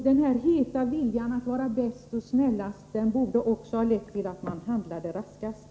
Den heta viljan att vara bäst och snällast borde ha lett till att man också handlade raskast.